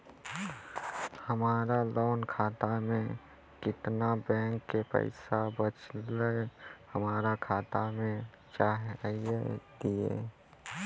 हमरा लोन खाता मे केतना बैंक के पैसा बचलै हमरा खाता मे चढ़ाय दिहो?